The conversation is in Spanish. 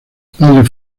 padres